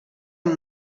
amb